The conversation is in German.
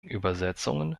übersetzungen